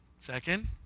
Second